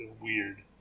weird